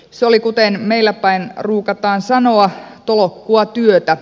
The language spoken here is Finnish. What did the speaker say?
se oli kuten meillä päin ruukataan sanoa tolokkua työtä